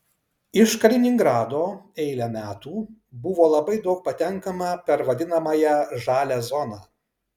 iš kaliningrado eilę metų buvo labai daug patenkama per vadinamąją žalią zoną